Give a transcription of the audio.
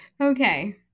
Okay